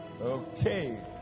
Okay